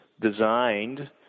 designed